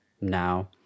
now